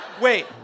Wait